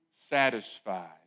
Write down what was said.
satisfied